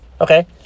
Okay